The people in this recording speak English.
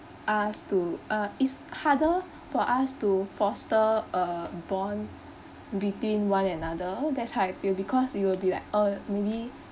us to uh is harder for us to foster a bond between one another that's how I feel because it will be like uh maybe